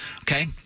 okay